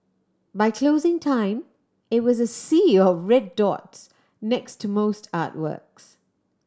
by closing time it was a sea of red dots next to most artworks